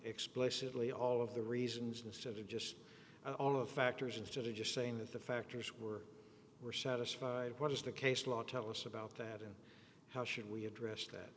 explicitly all of the reasons instead of just all of the factors and judy just saying that the factors were were satisfied what is the case law tell us about that in how should we address that